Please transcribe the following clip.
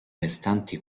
restanti